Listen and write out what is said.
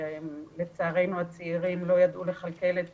ולצערנו הצעירים לא ידעו לכלכל את